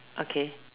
okay